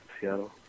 Seattle